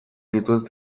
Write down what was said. nituen